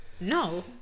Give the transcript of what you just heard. No